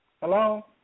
Hello